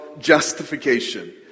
justification